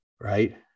right